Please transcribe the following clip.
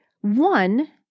One